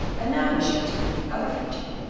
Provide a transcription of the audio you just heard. and now wishing to eat the other fifteen,